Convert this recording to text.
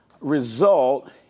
result